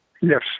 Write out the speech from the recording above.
Yes